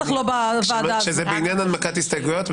את מפריעה באמצע הסתייגויות.